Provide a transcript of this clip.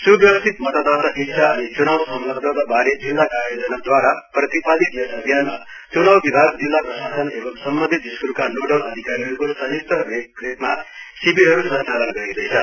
सुव्यवस्थित मतदाता शिक्षा अनि चुनाव संलग्नता बारे जिल्ला कार्ययोजना द्वारा प्रतिपादित यस अभियानमा च्नाव विभाग जिल्ला प्रशासन एवम सम्बन्धित स्कूलका नोडल अधिकारीको संयुक्त देखरेखमा शिविरहरू सञ्चालन गरिँदैछ